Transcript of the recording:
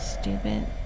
Stupid